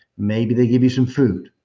maybe they give you some food.